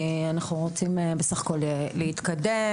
כי אנחנו רוצים בסך הכול להתקדם.